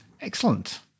excellent